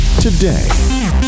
today